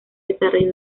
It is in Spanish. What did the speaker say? desarrollo